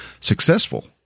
successful